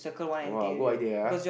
!wah! good idea ah